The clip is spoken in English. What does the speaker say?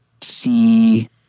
see